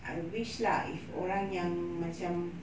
I wish lah if orang yang macam